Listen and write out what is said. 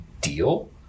deal